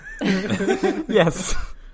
Yes